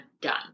done